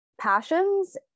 passions